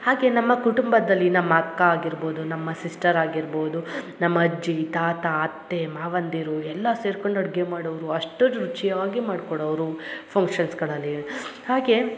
ಹಾಗೆ ನಮ್ಮ ಕುಟುಂಬದಲ್ಲಿ ನಮ್ಮ ಅಕ್ಕ ಆಗಿರ್ಬೋದು ನಮ್ಮ ಸಿಸ್ಟರ್ ಆಗಿರ್ಬೋದು ನಮ್ಮ ಅಜ್ಜಿ ತಾತ ಅತ್ತೆ ಮಾವಂದಿರು ಎಲ್ಲ ಸೇರ್ಕೊಂಡು ಅಡಿಗೆ ಮಾಡೋರು ಅಷ್ಟು ರುಚಿಯಾಗಿ ಮಾಡ್ಕೊಡೋರು ಫಂಕ್ಷನ್ಸ್ಗಳಲ್ಲಿ ಹಾಗೆ